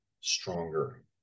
stronger